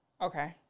Okay